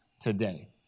today